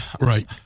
right